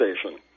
Station